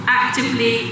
actively